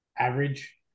average